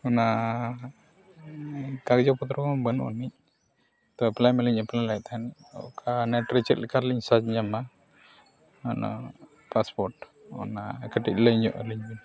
ᱚᱱᱟ ᱠᱟᱜᱚᱡᱽ ᱯᱚᱛᱨᱚ ᱦᱚᱸ ᱵᱟᱹᱱᱩᱜ ᱟᱹᱱᱤᱡ ᱛᱳ ᱢᱟ ᱞᱤᱧ ᱞᱮᱫ ᱛᱟᱦᱮᱸᱫ ᱚᱠᱟ ᱨᱮ ᱪᱮᱫ ᱞᱮᱠᱟ ᱨᱮᱞᱤᱧ ᱧᱟᱢᱟ ᱚᱱᱟ ᱚᱱᱟ ᱠᱟᱹᱴᱤᱡ ᱞᱟᱹᱭᱧᱚᱜ ᱟᱹᱞᱤᱧ ᱵᱮᱱ